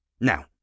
Now